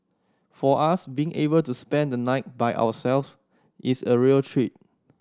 for us being able to spend the night by ourself is a real treat